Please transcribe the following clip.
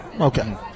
Okay